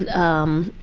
and um,